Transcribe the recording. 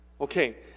Okay